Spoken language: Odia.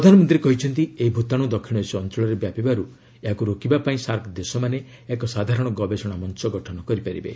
ପ୍ରଧାନମନ୍ତ୍ରୀ କହିଛନ୍ତି ଏହି ଭୂତାଣୁ ଦକ୍ଷୀଣ ଏସୀୟ ଅଞ୍ଚଳରେ ବ୍ୟାପିବାରୁ ଏହାକୁ ରୋକିବା ପାଇଁ ସାର୍କ ଦେଶମାନେ ଏକ ସାଧାରଣ ଗବେଷଣା ମଞ୍ଚ ଗଠନ କରିପାରିବେ